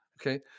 Okay